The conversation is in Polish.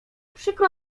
przykro